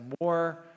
more